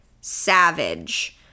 savage